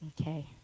okay